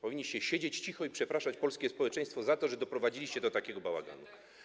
Powinniście siedzieć cicho i przepraszać polskie społeczeństwo za to, że doprowadziliście do takiego bałaganu.